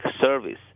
service